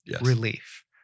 relief